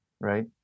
Right